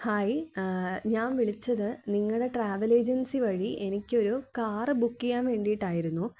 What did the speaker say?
hi ഞാൻ വിളിച്ചത് നിങ്ങളുടെ ട്രാവൽ ഏജൻസി വഴി എനിക്കൊരു കാർ ബുക്ക് ചെയ്യാൻ വേണ്ടിയിട്ടായിരുന്നു